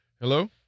Hello